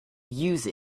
use